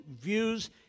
views